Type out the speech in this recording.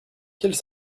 quelle